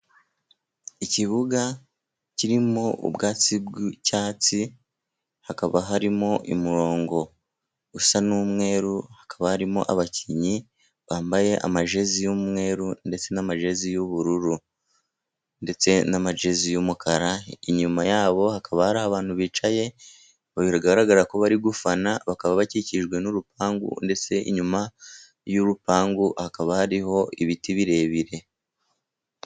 Ikibuga kirimo ubwatsi bw'icyatsi, hakaba harimo umurongo usa n'umweru, hakaba harimo abakinnyi bambaye amajezi y'umweru, ndetse n'amajezi y'ubururu, ndetse na amagezi y'umukara, inyuma yabo hakaba hari abantu bicaye ba bigaragara ko bari gufana, bakaba bakikijwe n'urupangu ndetse inyuma y'urupangu hakaba hariho ibiti birebire.